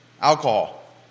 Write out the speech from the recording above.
alcohol